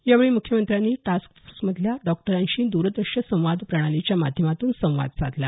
यावेळी मुख्यमंत्र्यांनी टास्क फोर्समधल्या डॉक्टरांशी द्रदृष्य संवाद प्रणालीच्या माध्यमातून संवाद साधला